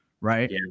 right